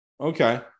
Okay